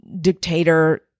dictator